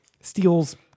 steals